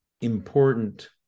important